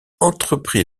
entreprit